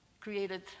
created